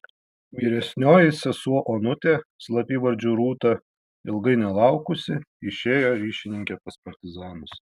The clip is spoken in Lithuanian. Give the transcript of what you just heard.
vyresnioji sesuo onutė slapyvardžiu rūta ilgai nelaukusi išėjo ryšininke pas partizanus